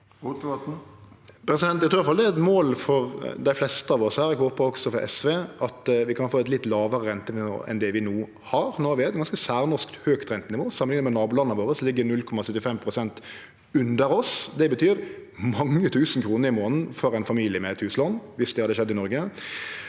at det er eit mål for dei fleste av oss her – eg håpar også for SV – at vi kan få eit litt lågare rentenivå enn det vi no har. No har vi eit ganske særnorsk høgt rentenivå samanlikna med nabolanda våre, som ligg 0,75 pst. under oss. Det betyr mange tusen kroner i månaden for ein familie med huslån, viss det hadde skjedd i Noreg.